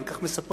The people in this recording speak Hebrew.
אבל כך מספרים,